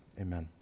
Amen